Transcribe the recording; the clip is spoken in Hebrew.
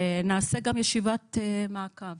נעשה גם ישיבת מעקב